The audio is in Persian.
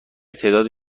تعداد